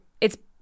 it's-